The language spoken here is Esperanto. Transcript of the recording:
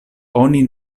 oni